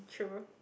true